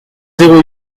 zéro